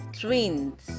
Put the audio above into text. twins